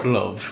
Love